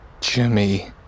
Jimmy